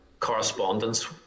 Correspondence